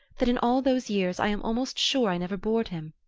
that in all those years i am almost sure i never bored him.